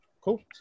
Cool